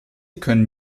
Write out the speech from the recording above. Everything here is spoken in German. können